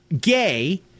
gay